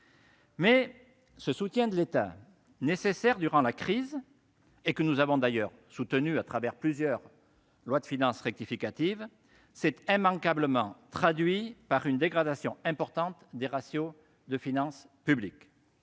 Mais ce soutien de l'État, nécessaire durant la crise- nous l'avons d'ailleurs soutenu plusieurs projets de loi de finances rectificative -, s'est immanquablement traduit par une dégradation importante des ratios de finances publiques.